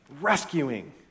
Rescuing